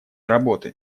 работы